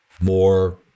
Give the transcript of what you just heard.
more